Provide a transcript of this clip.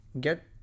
get